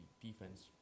defense